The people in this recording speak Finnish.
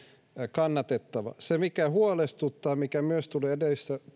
kannatettava se mikä huolestuttaa ja mikä myös tuli edellisissä